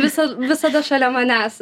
visad visada šalia manęs